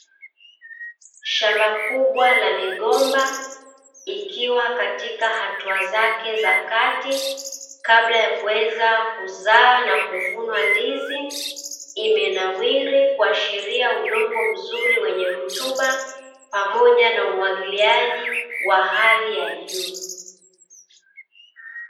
Shamba kubwa la migomba ikiwa katika hatua zake za kati kabla ya kuweza kuzaa na kuvunwa ndizi, imenawiri kuashiria udongo mzuri wenye rutuba pamoja na umwagiliaji wa hali ya juu.